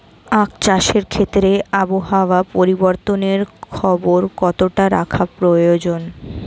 আখ চাষের ক্ষেত্রে আবহাওয়ার পরিবর্তনের খবর কতটা রাখা প্রয়োজন?